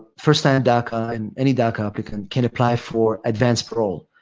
first time daca and any daca applicant can apply for advance parole.